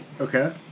Okay